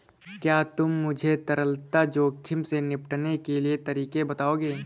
क्या तुम मुझे तरलता जोखिम से निपटने के तरीके बताओगे?